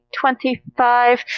twenty-five